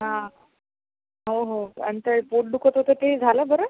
हा हो हो आणि ते पोट दुखत होतं ते झालं बरं